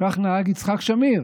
כך נהג יצחק שמיר